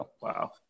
Wow